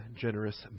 generous